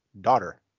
daughter